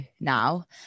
now